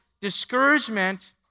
Discouragement